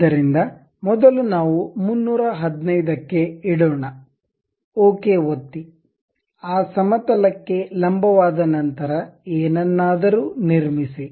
ಆದ್ದರಿಂದ ಮೊದಲು ನಾವು 315 ಕ್ಕೆ ಇಡೋಣ ಓಕೆ ಒತ್ತಿ ಆ ಸಮತಲಕ್ಕೆ ಲಂಬವಾದ ನಂತರ ಏನನ್ನಾದರೂ ನಿರ್ಮಿಸಿ